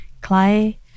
clay